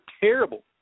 terrible